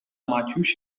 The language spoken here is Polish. maciuś